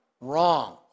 Wrong